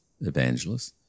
evangelists